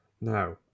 Now